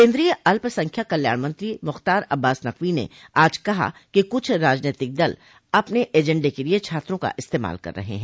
केन्द्रीय अल्पसंख्यक कल्याण मंत्री मुख्तार अब्बास नकवी ने आज कहा कि कुछ राजनीतिक दल अपने एजेंडे के लिए छात्रों का इस्तेमाल कर रहे हैं